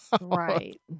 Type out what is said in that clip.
right